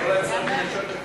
מאיר,